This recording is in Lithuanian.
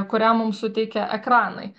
kurią mum suteikia ekranai